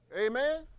Amen